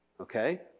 Okay